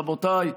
רבותיי,